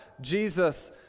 Jesus